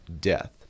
death